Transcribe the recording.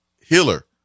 Hiller